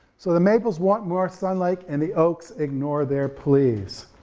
so the maples want more sunlight, and the oaks ignore their pleas.